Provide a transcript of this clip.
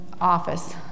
office